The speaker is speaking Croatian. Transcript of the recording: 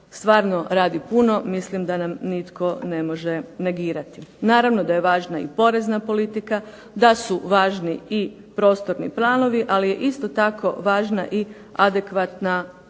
stvarno radi puno, mislim da nam nitko ne može negirati. Naravno da je važna i porezna politika, da su važni i prostorni planovi, ali isto tako važna i adekvatno